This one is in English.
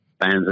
fans